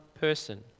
person